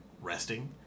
Resting